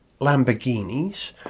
Lamborghinis